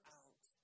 out